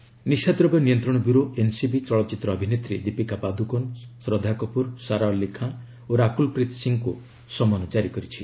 NCB ସମନ ନିଶାଦ୍ରବ୍ୟ ନିୟନ୍ତ୍ରଣ ବ୍ୟୁରୋ ଏନ୍ସିବି ଚଳଚ୍ଚିତ୍ର ଅଭିନେତ୍ରୀ ଦୀପିକା ପାଦୁକୋନ ଶ୍ରଦ୍ଧାକପୁର ସାରାଅଲ୍ଲୀ ଖାଁ ଓ ରାକୁଲ ପ୍ରୀତସିଂହଙ୍କୁ ସମନ ଜାରି କରିଛି